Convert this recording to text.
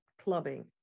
clubbing